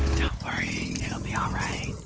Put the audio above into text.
don't worry, it'll be all right.